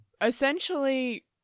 essentially